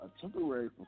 temporary